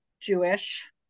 Jewish